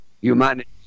humanity